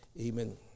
amen